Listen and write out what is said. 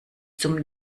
zum